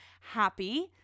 happy